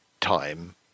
time